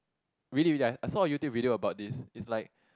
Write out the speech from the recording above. really really I I saw a YouTube video about this is like